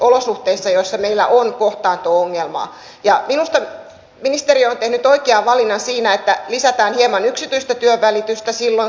esimerkiksi edustaja henrikssonin puheenvuorossa nousi esiin ja siitä on ollut aikaisemminkin täällä salissa puhetta nimenomaan tämä yhtenäinen kattojärjestelmä